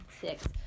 six